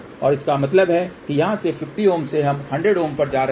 तो इसका मतलब है कि यहाँ से 50 Ω से हम 100 Ω पर जा रहे हैं